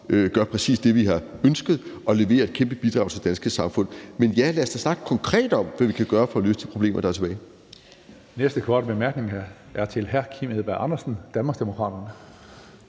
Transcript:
gør præcis det, vi har ønsket, og leverer et kæmpe bidrag til det danske samfund. Men ja, lad os da snakke konkret om, hvad vi kan gøre for at løse de problemer, der er tilbage.